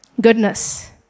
Goodness